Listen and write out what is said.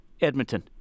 Edmonton